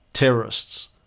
Terrorists